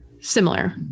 similar